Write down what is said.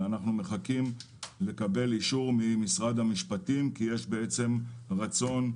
אלא אנחנו מחכים לקבל אישור ממשרד המשפטים כי יש בעצם רצון,